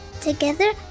together